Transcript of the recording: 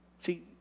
See